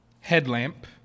headlamp